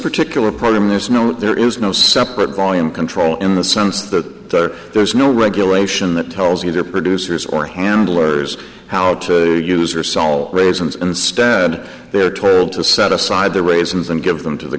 particular problem there's no there is no separate volume control in the sense that there's no regulation that tells you to producers or handlers how to use or sell raisins instead they're told to set aside their raisins and give them to the